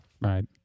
Right